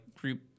group